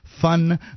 fun